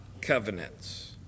covenants